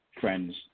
friends